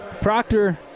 Proctor